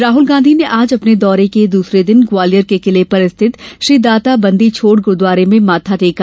राहुल गांधी ने आज अपने दौरे के दूसरे दिन ग्वालियर के किले पर स्थित श्री दाता बंदी छोड़ गुरुद्वारे में माथा टेका